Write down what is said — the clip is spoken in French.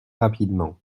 rapidement